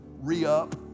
re-up